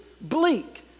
Bleak